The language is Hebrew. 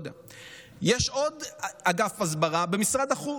יש עוד אגף הסברה במשרד החוץ.